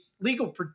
legal